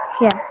Yes